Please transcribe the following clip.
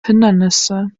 hindernisse